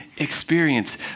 Experience